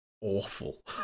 awful